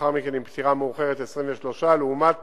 לאחר מכן עם פטירה מאוחרת, 23, לעומת